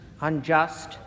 unjust